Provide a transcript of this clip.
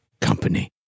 company